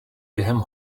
během